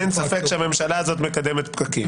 אין ספק שהממשלה הזאת מקדמת פקקים.